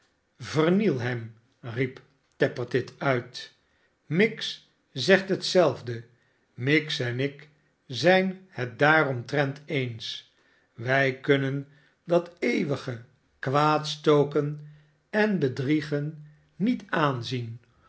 riep tappertit uit miggs zegt hetzelfde miggs en ik zijn het daaromtrent eens wij kunnen dat eeuwige kwaadstoken en bedriegen niet aanzien